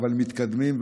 אבל מתקדמים,